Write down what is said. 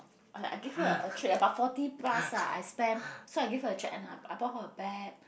I I gave her a a treat about forty plus ah I spend so I gave her a treat and I I bought her a bag